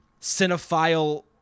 cinephile